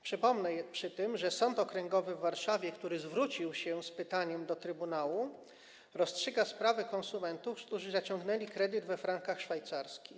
Przypomnę przy tym, że Sąd Okręgowy w Warszawie, który zwrócił się z pytaniem do Trybunału, rozstrzyga sprawy konsumentów, którzy zaciągnęli kredyt we frankach szwajcarskich.